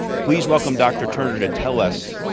please welcome dr. turner to tell us,